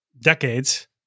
decades